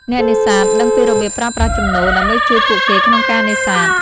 អ្នកនេសាទដឹងពីរបៀបប្រើប្រាស់ជំនោរ ដើម្បីជួយពួកគេក្នុងការនេសាទ។